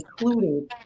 including